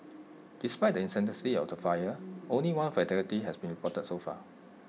despite the intensity of the fires only one fatality has been reported so far